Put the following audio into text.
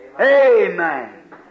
Amen